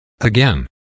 Again